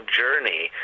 journey